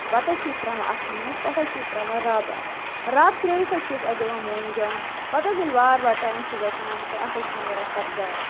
تہٕ پتہٕ حظ چھِ أسۍ ترٛاوان اَتھ منٛز پٮ۪ٹھہٕ حظ چھِ أسۍ ترٛاوان رَب اَتھ رَب ترٛٲیِتھ حظ چھِ أسۍ اَتھ دِوان موم جام پتہٕ حظ ییٚلہِ وارٕ وار ٹایِم چھُ گَژھان تہٕ اتھ حظ چھُ نیران سبزار